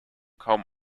kaum